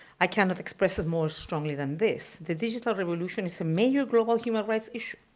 i cannot express it more strongly than this. the digital revolution is a major global human rights issue.